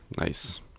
Nice